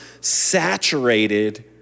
saturated